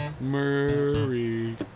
Murray